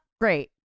great